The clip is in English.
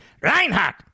Reinhardt